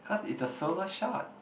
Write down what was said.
cause it's a solo shot